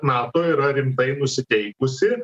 nato yra rimtai nusiteikusi